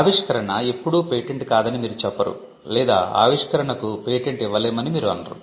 ఆవిష్కరణ ఎప్పుడూ పేటెంట్ కాదని మీరు చెప్పరు లేదా ఆవిష్కరణకు పేటెంట్ ఇవ్వలేమని మీరు అనరు